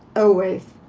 always